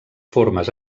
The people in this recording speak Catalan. formes